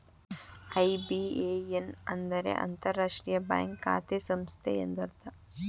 IBAN ಅಂದರೆ ಅಂತರರಾಷ್ಟ್ರೀಯ bank ಖಾತೆ ಸಂಖ್ಯೆ ಎಂದರ್ಥ